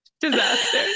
disaster